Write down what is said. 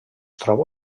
troba